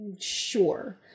Sure